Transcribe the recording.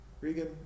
Regan